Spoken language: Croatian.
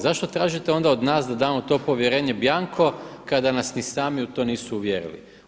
Zašto tražite onda od nas da damo to povjerenje bjanko kada nas ni sami u to nisu uvjerili.